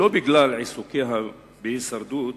לא בגלל עיסוקיה בהישרדות.